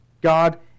God